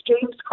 James